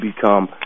become